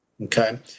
okay